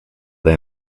they